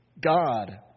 God